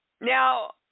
Now